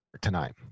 tonight